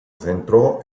centró